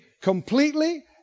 completely